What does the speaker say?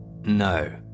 No